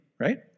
Right